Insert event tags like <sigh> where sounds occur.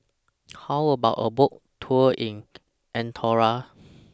How about A Boat Tour in <noise> Andorra